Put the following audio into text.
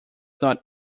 not